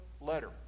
Letter